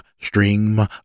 stream